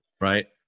right